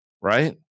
right